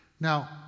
now